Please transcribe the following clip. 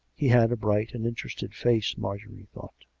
he had a bright and interested face, marjorie thought